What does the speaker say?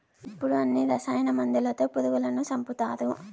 ఇప్పుడు అన్ని రసాయన మందులతో పురుగులను సంపుతారు